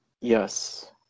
Yes